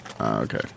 okay